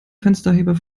fensterheber